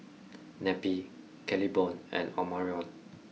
Neppie Claiborne and Omarion